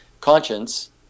conscience